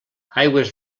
aigües